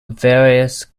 various